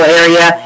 area